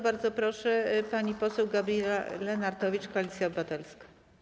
Bardzo proszę, pani poseł Gabriela Lenartowicz, Koalicja Obywatelska.